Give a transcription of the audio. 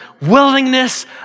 willingness